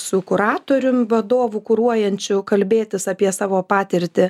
su kuratorium vadovu kuruojančiu kalbėtis apie savo patirtį